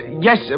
yes